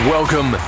Welcome